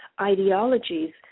ideologies